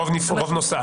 רוב נוסף?